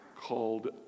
called